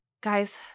Guys